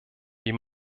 wie